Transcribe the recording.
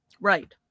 right